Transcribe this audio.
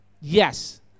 Yes